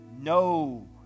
no